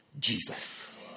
Jesus